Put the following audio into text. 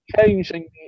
changing